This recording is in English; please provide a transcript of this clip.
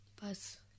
Pass